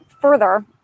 Further